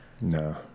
no